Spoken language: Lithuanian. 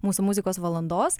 mūsų muzikos valandos